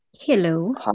Hello